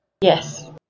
yes